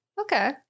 Okay